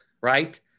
right